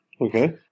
Okay